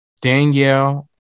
Danielle